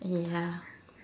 ya